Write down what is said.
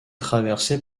traversée